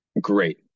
great